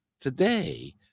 today